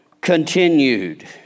continued